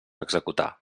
executar